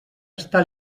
està